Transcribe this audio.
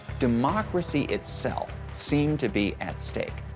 democracy itself seemed to be at stake.